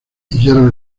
gerard